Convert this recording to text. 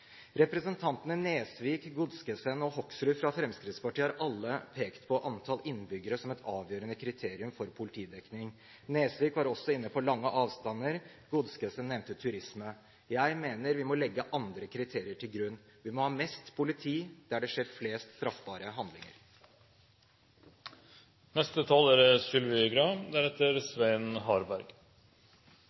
Representantene Nesvik, Godskesen og Hoksrud fra Fremskrittspartiet har alle pekt på antall innbyggere som et avgjørende kriterium for politidekning. Nesvik var også inne på lange avstander, Godskesen nevnte turisme. Jeg mener vi må legge andre kriterier til grunn. Vi må ha mest politi der det skjer flest straffbare handlinger.